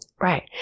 Right